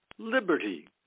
Liberty